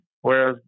whereas